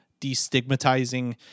destigmatizing